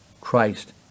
Christ